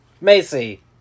Macy